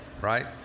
right